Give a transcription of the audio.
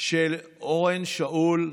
של אורון שאול,